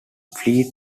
fleet